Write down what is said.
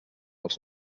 els